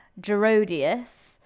Gerodius